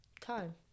Time